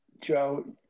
Joe